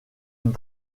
une